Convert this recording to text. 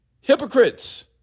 Hypocrites